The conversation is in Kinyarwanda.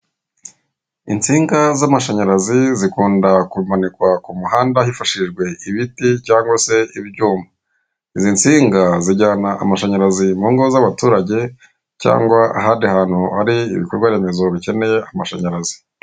Insinga z'amashanyarazi zikunda kumanikwa ku muhanda, hifashishijwe ibiti cyangwa se ibyuma, izi nsinga zijyana amashanyarazi mu ngo z'abaturage cyangwa ahandi hantu hari ibikorwa remezo bikeneye amashanyarazi.